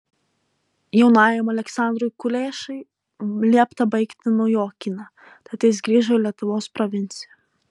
jaunajam aleksandrui kulešai liepta baigti naujokyną tad jis grįžo į lietuvos provinciją